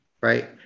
right